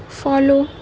follow